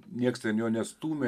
nieks jo nestūmė